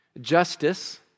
justice